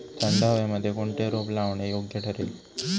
थंड हवेमध्ये कोणते रोप लावणे योग्य ठरेल?